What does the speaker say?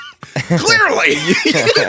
Clearly